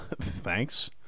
Thanks